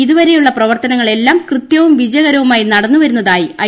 ഇതുവരെയുള്ള പ്രവർത്തനങ്ങളെല്ലാം കൃത്യവും വിജയകരവുമായിനടന്നുവരുന്നതായി ഐ